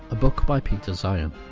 a book by peter zeihan.